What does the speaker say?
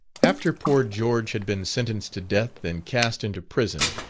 after poor george had been sentenced to death and cast into prison,